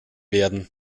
werden